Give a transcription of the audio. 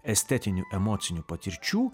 estetinių emocinių patirčių